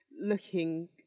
looking